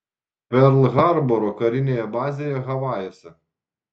perl harboro karinėje bazėje havajuose